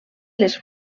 les